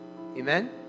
Amen